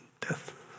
death